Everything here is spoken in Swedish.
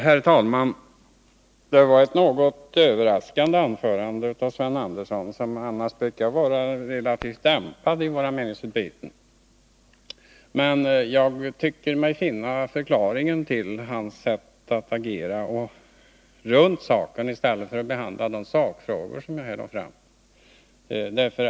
Herr talman! Det var ett något överraskande anförande av Sven Andersson, som annars brukar vara relativt dämpad i våra meningsutbyten. Men jag tycker mig finna en förklaring till hans sätt att agera — där han går runt spörsmålet i stället för att ta upp de sakfrågor som här aktualiserats.